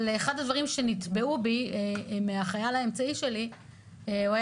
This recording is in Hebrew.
אחד הדברים שאני זוכרת מהחייל האמצעי שלי שהיה